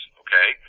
okay